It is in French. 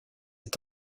est